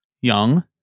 young